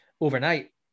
overnight